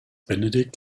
benedikt